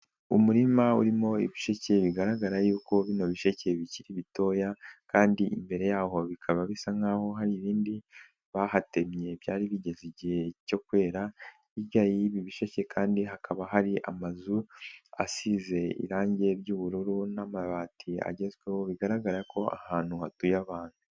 Umurima urimo ibisheke bigaragara yuko bino bisheke bikiri bitoya, kandi imbere y'aho bikaba bisa nk'aho hari ibindi bahatemye byari bigeze igihe cyo kwera, hirya y'ibi bisheke kandi hakaba hari amazu, asize irangi ry'ubururu n'amabati agezweho bigaragara ko ahantu hatuye abantu.